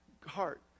heart